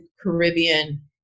Caribbean